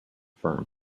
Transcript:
firm